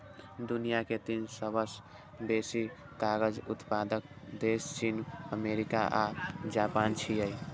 दुनिया के तीन सबसं बेसी कागज उत्पादक देश चीन, अमेरिका आ जापान छियै